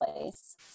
place